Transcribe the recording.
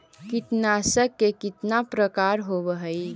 कीटनाशक के कितना प्रकार होव हइ?